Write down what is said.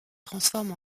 transforme